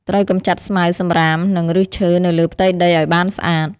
ត្រូវកម្ចាត់ស្មៅ សំរាម និងឫសឈើនៅលើផ្ទៃដីឱ្យបានស្អាត។